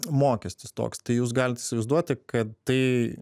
mokestis toks tai jūs galit įsivaizduoti kad tai